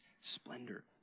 splendor